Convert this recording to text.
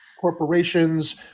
corporations